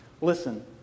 Listen